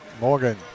Morgan